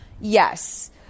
Yes